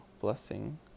blessing